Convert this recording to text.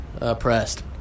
oppressed